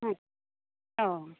হুম ও